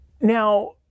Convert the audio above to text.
Now